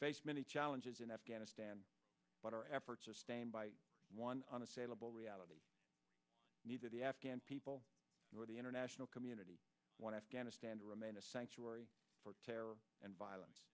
face many challenges in afghanistan but our efforts are one unassailable reality neither the afghan people or the international community want afghanistan to remain a sanctuary for terror and violence